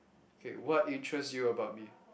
okay what interests you about me